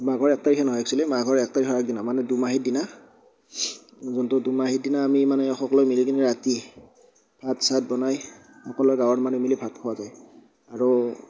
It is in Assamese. মাঘৰ এক তাৰিখে নহয় একসুৱেলী মাঘৰ এক তাৰিখৰ আগদিনা মানে দুমাহিৰ দিনা যোনতো দুমাহিৰ দিনা আমি মানে সকলোৱে মিলি কিনে ৰাতি ভাত চাত বনাই সকলোৱে গাঁৱৰ মানুহ মিলি ভাত খোৱা যায় আৰু